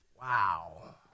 Wow